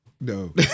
No